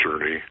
journey